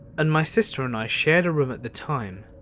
and my sister and i shared a room at the time.